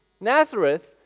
Nazareth